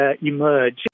Emerge